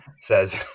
says